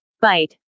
Bite